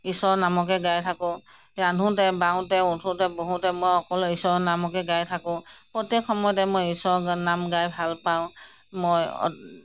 ঈশ্বৰৰ নামকে গাই থাকোঁ ৰান্ধোঁতে বাৰুতে উঠোঁতে বহোঁতে মই অকল ঈশ্বৰৰ নামকেই গাই থাকোঁ প্ৰত্যেক সময়তে মই ঈশ্বৰৰ গা নাম গাই ভালপাওঁ মই